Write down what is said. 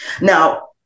Now